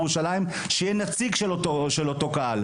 שיהיה נציג של אותו קהל.